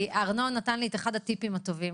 ארנון נתן לי את אחד הטיפים הטובים.